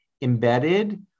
embedded